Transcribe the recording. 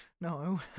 No